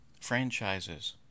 franchises